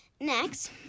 Next